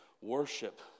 worship